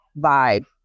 vibe